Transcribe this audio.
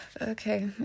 okay